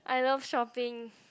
I love shopping